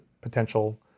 potential